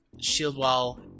Shieldwall